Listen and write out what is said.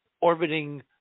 orbiting